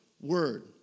word